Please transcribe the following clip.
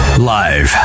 Live